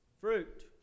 fruit